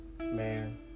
Man